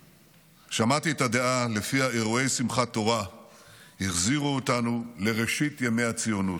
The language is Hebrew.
שמעתי את הדעה שלפיה אירועי שמחת תורה החזירו אותנו לראשית ימי הציונות,